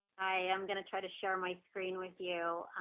i'm going to try to share my screen with you.